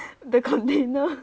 the container